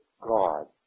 God